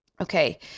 Okay